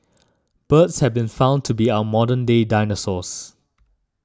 birds have been found to be our modern day dinosaurs